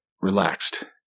relaxed